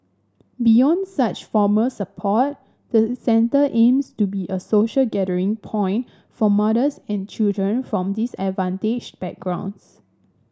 beyond such formal support the centre aims to be a social gathering point for mothers and children from disadvantaged backgrounds